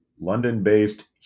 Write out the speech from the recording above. London-based